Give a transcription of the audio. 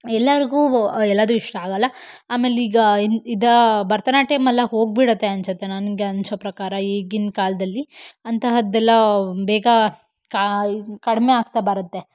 ಎಲ್ಲರಿಗೂ ವೊ ಎಲ್ಲಾದು ಇಷ್ಟ ಆಗಲ್ಲ ಆಮೇಲೆ ಈಗ ಇದು ಭರತನಾಟ್ಯಂ ಎಲ್ಲ ಹೋಗಿಬಿಡತ್ತೆ ಅನಿಸತ್ತೆ ನನಗೆ ಅನಿಸೋ ಪ್ರಕಾರ ಈಗಿನ ಕಾಲದಲ್ಲಿ ಅಂತಹದ್ದೆಲ್ಲ ಬೇಗ ಕಾ ಕಡಿಮೆ ಆಗ್ತಾ ಬರುತ್ತೆ